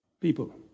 people